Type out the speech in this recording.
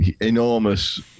enormous